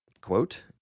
quote